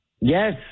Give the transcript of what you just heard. Yes